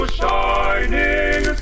shining